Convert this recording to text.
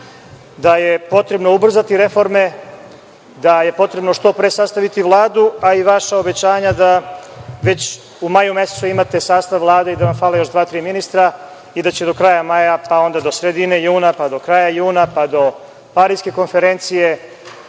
da je potrebno ubrzati reforme, da je potrebno što pre sastaviti Vladu, a i vaša obećanja da već u maju mesecu imate sastav Vlade i da vam fale još dva, tri ministra i da će do kraja maja, pa onda do sredine juna, pa do kraja juna, pa do Pariske konferencije,